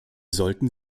sollten